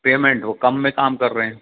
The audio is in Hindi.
पेमेंट वो कम में कर रहे हैं